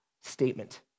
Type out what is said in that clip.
statement